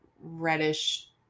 reddish